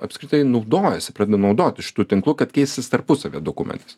apskritai naudojasi pradeda naudotis šitu tinklu kad keistis tarpusavy dokumentais